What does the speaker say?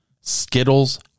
Skittles